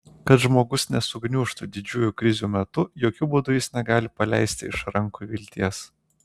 kad žmogus nesugniužtų didžiųjų krizių metu jokiu būdu jis negali paleisti iš rankų vilties